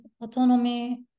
autonomy